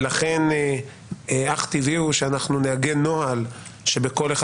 ולכן אך טבעי הוא שאנחנו נעגן נוהל שבכל אחד